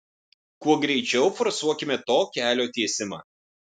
kuo greičiau forsuokime to kelio tiesimą